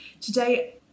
Today